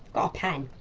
ah pen?